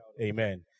Amen